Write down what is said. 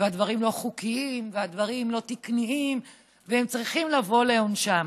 והדברים לא חוקיים והדברים לא תקניים והם צריכים לבוא על עונשם,